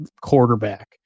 quarterback